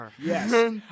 Yes